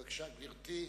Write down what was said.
בבקשה, גברתי.